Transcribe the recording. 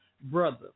brother